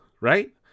right